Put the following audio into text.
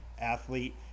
athlete